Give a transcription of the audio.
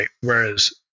Whereas